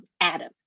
Adam